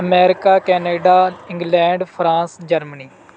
America Canada England France Germany